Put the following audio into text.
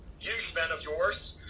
huge fan of yours,